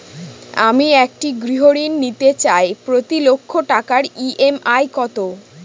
আমি একটি গৃহঋণ নিতে চাই প্রতি লক্ষ টাকার ই.এম.আই কত?